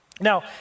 Now